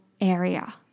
area